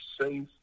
safe